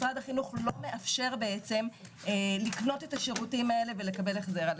משרד החינוך לא מאפשר בעצם לקנות את השירותים האלה ולקבל החזר עליהם.